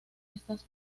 estas